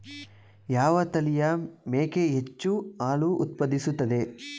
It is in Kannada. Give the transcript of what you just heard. ಯಾವ ತಳಿಯ ಮೇಕೆ ಹೆಚ್ಚು ಹಾಲು ಉತ್ಪಾದಿಸುತ್ತದೆ?